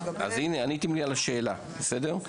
אז הנה, עניתם לי על השאלה, בסדר?